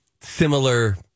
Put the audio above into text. similar-